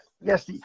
Yes